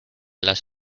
las